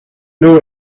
know